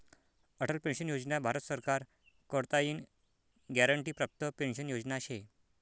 Atal pension Yojana Bharat सरकार कडताईन guarantee प्राप्त पेंशन योजना शे